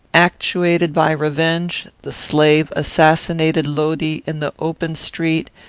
actuated by revenge, the slave assassinated lodi in the open street,